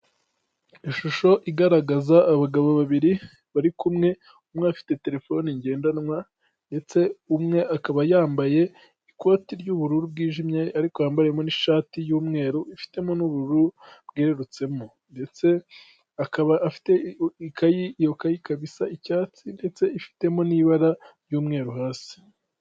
Ishusho igaragaza abagabo babiri bari kumwe, umwe afite telefone ngendanwa ndetse umwe akaba yambaye ikoti ry'ubururu bwiyijimye, ariko yambariyemo n'ishati y'umweru ifitemo n'ubururu bwerutsemo ndetse akaba afite ikayi, iyo kayi ikaba isa icyatsi ndetse ifitemo n'ibara ry'umweru hasi.